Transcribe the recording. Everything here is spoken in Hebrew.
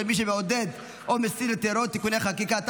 מי שמעודד או מסית לטרור (תיקוני חקיקה),